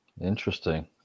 Interesting